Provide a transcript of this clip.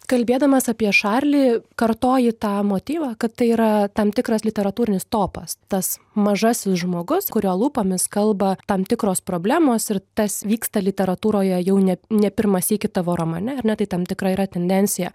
kalbėdamas apie šalį kartoji tą motyvą kad tai yra tam tikras literatūrinis topas tas mažasis žmogus kurio lūpomis kalba tam tikros problemos ir tas vyksta literatūroje jau ne ne pirmą sykį tavo romane ir ne tai tam tikra yra tendencija